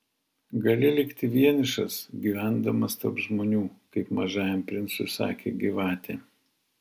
gali likti vienišas gyvendamas tarp žmonių kaip mažajam princui sakė gyvatė